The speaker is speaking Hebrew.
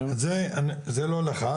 זה לא לך,